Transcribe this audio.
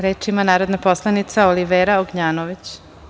Reč ima narodna poslanica Olivera Ognjanović.